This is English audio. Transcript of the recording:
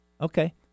Okay